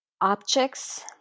objects